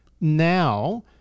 now